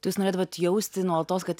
tai jūs norėdavot jausti nuolatos kad